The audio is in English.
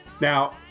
Now